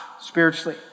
spiritually